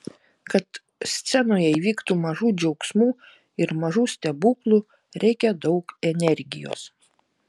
kad scenoje įvyktų mažų džiaugsmų ir mažų stebuklų reikia daug energijos